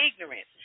ignorance